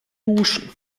duschen